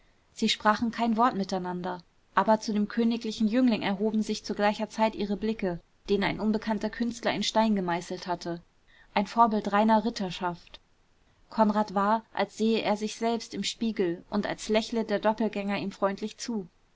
sie sprachen kein wort miteinander aber zu dem königlichen jüngling erhoben sich zu gleicher zeit ihre blicke den ein unbekannter künstler in stein gemeißelt hatte ein vorbild reiner ritterschaft konrad war als sähe er sich selbst im spiegel und als lächle der doppelgänger ihm freundlich zu